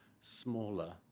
smaller